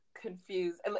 confused